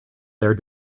there